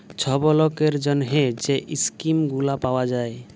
ছব লকের জ্যনহে যে ইস্কিম গুলা পাউয়া যায়